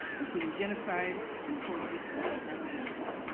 including genocide and coexistence after genocide.